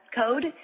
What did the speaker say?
code